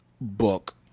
book